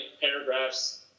paragraphs